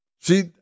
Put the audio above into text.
See